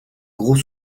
gros